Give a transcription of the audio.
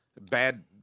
Bad